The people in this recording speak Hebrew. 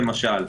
למשל,